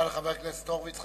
תודה לחבר הכנסת הורוביץ.